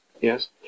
Yes